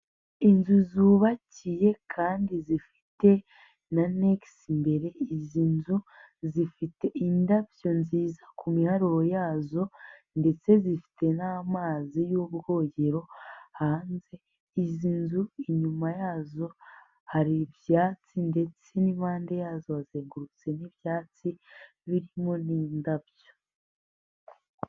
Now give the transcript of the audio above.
Inzu zubakiye kandi zifite n'anekisi imbere, izi nzu zifite indabyo nziza ku miharuro yazo ndetse zifite n'amazi y'ubwogero hanze, izi nzu inyuma yazo hari ibyatsi ndetse n'impande yazo hazengurutsemo ibyatsi, birimo n'indabyo.